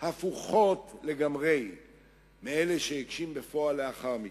הפוכות לגמרי מאלה שהגשים בפועל לאחר מכן,